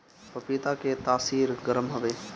पपीता के तासीर गरम हवे